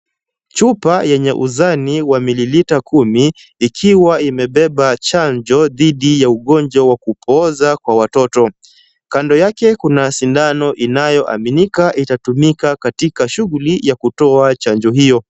Chupa yenye uzani wa mililita kumi ikiwa imebeba chanjo dhidi ya ugonjwa wa kupooza kwa watoto. Kando yake kuna sindano inayoaminika itatumika katika shughuli ya kutoa chanjo hiyo.